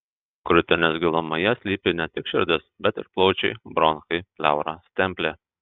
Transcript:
krūtinės gilumoje slypi ne tik širdis bet ir plaučiai bronchai pleura stemplė